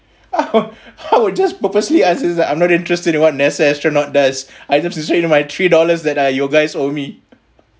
I would just purposely answer that I'm not interested in what NASA astronaut does I'm just interested in my three dollars that are your guys owe me